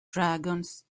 dragons